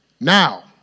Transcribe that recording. now